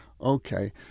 okay